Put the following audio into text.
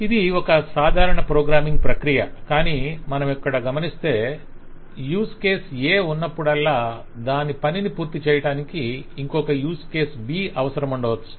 ఇది ఒక సాధారణ ప్రోగ్రామింగ్ ప్రక్రియ కానీ మనమిక్కడ గమనిస్తే యూజ్ కేస్ A ఉన్నప్పుడల్లా దానిని పనిని పూర్తిచేయటానికి ఇంకొక యూజ్ కేస్ B అవసరముండవచ్చు